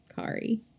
Kari